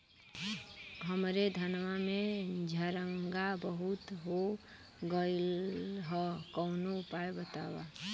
हमरे धनवा में झंरगा बहुत हो गईलह कवनो उपाय बतावा?